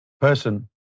person